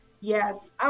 Yes